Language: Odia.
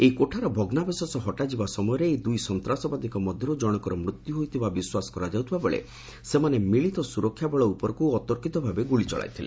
ଏହି କୋଠାର ଭଗ୍ନାଂବଶେଷ ହଟାଯିବା ସମୟରେ ଏହି ଦୁଇ ସନ୍ତାସବାଦୀଙ୍କ ମଧ୍ୟରୁ ଜଣଙ୍କର ମୃତ୍ୟୁ ହୋଇଥିବା ବିଶ୍ୱାସ କରାଯାଉଥିବାବେଳେ ସେମାନେ ମିଳତ ସୁରକ୍ଷା ବଳ ଉପରକୁ ଅତର୍କିତ ଭାବେ ଗୁଳି ଚଳାଇଥିଲେ